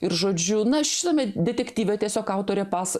ir žodžiu na šitame detektyve tiesiog autorė pas